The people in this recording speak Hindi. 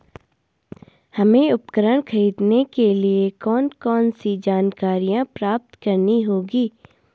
हमें उपकरण खरीदने के लिए कौन कौन सी जानकारियां प्राप्त करनी होगी?